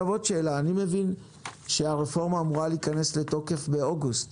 יש לי עוד שאלה: אני מבין שהרפורמה אמורה להיכנס לתוקף באוגוסט